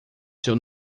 seu